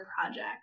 project